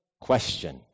question